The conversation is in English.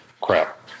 Crap